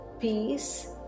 peace